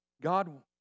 God